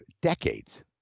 decades